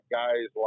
guys